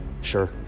sure